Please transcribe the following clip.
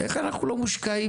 איך אנחנו לא מושקעים